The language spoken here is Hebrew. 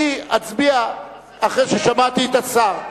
אני אצביע אחרי ששמעתי את השר.